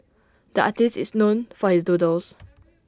the artist is known for his doodles